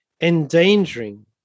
endangering